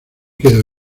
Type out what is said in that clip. quedo